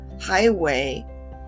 highway